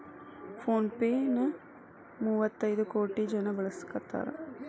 phone pay ನ ಮುವ್ವತೈದ್ ಕೋಟಿ ಜನ ಬಳಸಾಕತಾರ